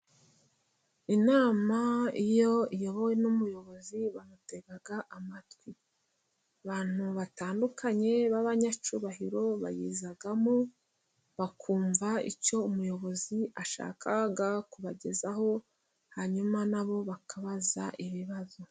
Inama iyo iyobowe n'umuyobozi bamutega amatwi. Abantu batandukanye b'abanyacyubahiro bayizamo, bakumva icyo umuyobozi ashaka kubagezaho, hanyuma na bo bakabaza ibibazo.